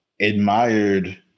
admired